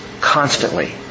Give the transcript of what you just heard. constantly